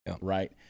right